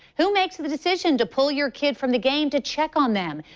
who makes the decision to pull your kid from the game to check on them?